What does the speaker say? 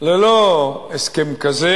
ללא הסכם כזה,